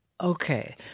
Okay